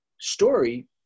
story